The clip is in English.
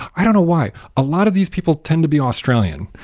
i don't know why. a lot of these people tend to be australian.